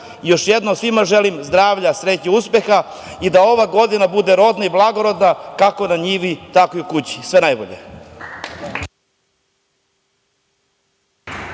još jednom svima želim zdravlja, sreće, uspeha i da ova godina bude rodna i blagorodna, kako na njivi, tako i u kući. Sve najbolje.